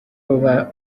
ubasha